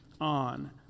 on